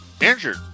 injured